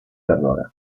terrore